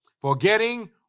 forgetting